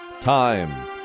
time